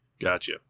Gotcha